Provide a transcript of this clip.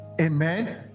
amen